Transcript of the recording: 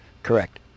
Correct